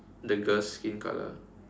the girl's skin colour